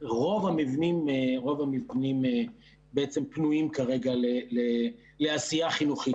רוב המבנים בעצם פנויים כרגע לעשייה חינוכית,